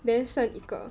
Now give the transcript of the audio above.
then 剩一个